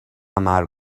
مرگ